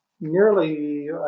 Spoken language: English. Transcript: nearly